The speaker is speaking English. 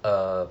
err